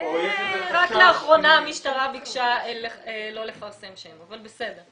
רק לאחרונה המשטרה ביקשה לא לפרסם שם, אבל בסדר.